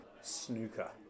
Snooker